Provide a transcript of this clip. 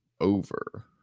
over